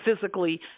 physically